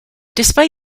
despite